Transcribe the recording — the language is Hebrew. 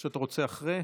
או שאתה רוצה אחרי?